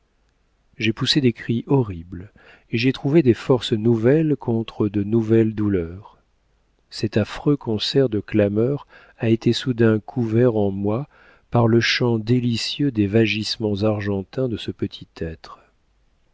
j'ai poussé des cris horribles et j'ai trouvé des forces nouvelles contre de nouvelles douleurs cet affreux concert de clameurs a été soudain couvert en moi par le chant délicieux des vagissements argentins de ce petit être